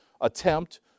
attempt